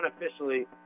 unofficially